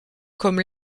comme